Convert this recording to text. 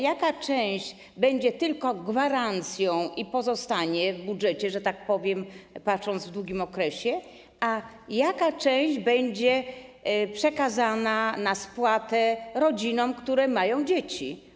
Jaka ich część będzie tylko gwarancją i pozostanie w budżecie, że tak powiem, patrząc w długim okresie, a jaka część będzie przekazana na spłatę rodzinom, które mają dzieci?